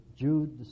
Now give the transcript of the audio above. Jude